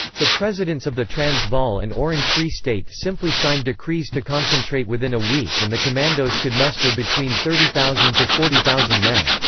the presidents of the transvaal and orange free state simply signed decrees to concentrate within a week and the commandos could muster between thirty thousand forty thousand men.